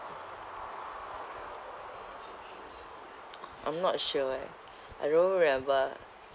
I'm not sure eh I don't remember